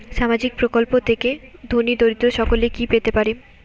সামাজিক প্রকল্প থেকে ধনী দরিদ্র সকলে কি পেতে পারে?